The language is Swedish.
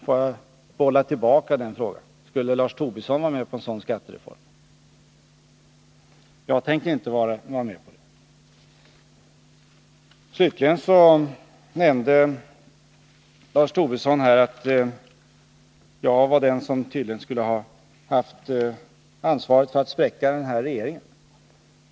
Låt mig bolla tillbaka den frågan: Skulle Lars Tobisson vilja vara med på en sådan skattereform? Jag kommer i varje fall inte att vara det. Slutligen skulle jag enligt Lars Tobisson vara den som haft ansvaret när det gällt att spräcka trepartiregeringen.